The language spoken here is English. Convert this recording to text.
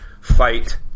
Fight